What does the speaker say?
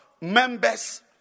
members